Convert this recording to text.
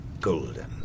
golden